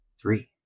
Three